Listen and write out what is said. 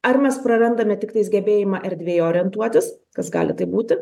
ar mes prarandame tiktais gebėjimą erdvėj orientuotis kas gali būti